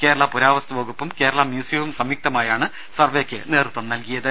കേരള പുരാവസ്തു വകുപ്പും കേരള മ്യൂസിയവും സംയുക്തമായാണ് സർവേക്ക് നേതൃത്വം നൽകിയത്